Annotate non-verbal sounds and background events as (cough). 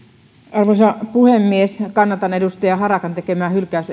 arvoisa puhemies kannatan edustaja harakan tekemää hylkäys (unintelligible)